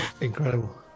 Incredible